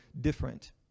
different